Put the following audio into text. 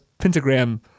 pentagram